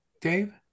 Dave